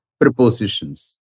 prepositions